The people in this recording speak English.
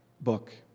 book